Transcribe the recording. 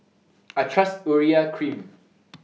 I Trust Urea Cream